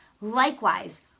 Likewise